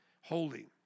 holy